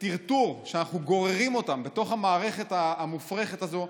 הטרטור שאנחנו גוררים אותם בתוך המערכת המופרכת הזאת.